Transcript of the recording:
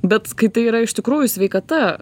bet kai tai yra iš tikrųjų sveikata